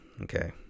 Okay